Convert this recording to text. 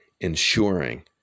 ensuring